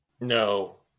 No